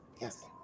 Yes